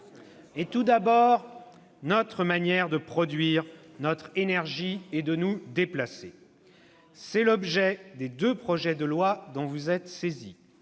et tout d'abord notre manière de produire notre énergie et de nous déplacer. C'est l'objet des deux projets de loi dont vous êtes saisis